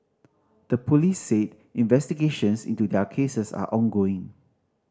the police said investigations into their cases are ongoing